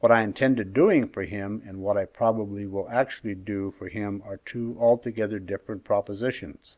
what i intended doing for him and what i probably will actually do for him are two altogether different propositions